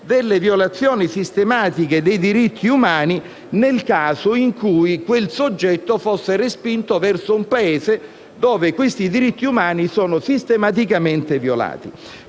delle violazioni sistematiche dei diritti umani, nel caso in cui quel soggetto fosse respinto verso un Paese in cui i diritti umani sono sistematicamente violati.